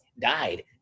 died